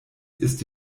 ist